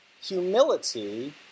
humility